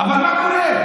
אבל מה קורה?